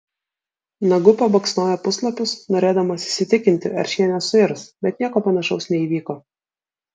nagu pabaksnojo puslapius norėdamas įsitikinti ar šie nesuirs bet nieko panašaus neįvyko